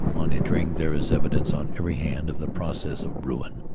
on entering there is evidence on every hand of the process of ruin.